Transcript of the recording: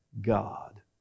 God